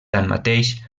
tanmateix